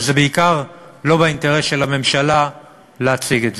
וזה בעיקר לא באינטרס של הממשלה להציג את זה.